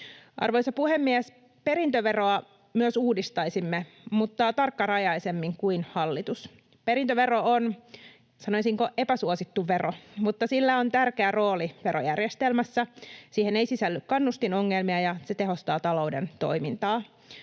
Arvoisa puhemies! Perintöveroa myös uudistaisimme mutta tarkkarajaisemmin kuin hallitus. Perintövero on, sanoisinko, epäsuosittu vero, mutta sillä on tärkeä rooli verojärjestelmässä. Siihen ei sisälly kannustinongelmia, ja se tehostaa talouden toimintaa.